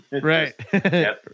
right